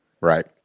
Right